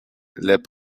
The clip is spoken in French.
les